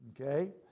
okay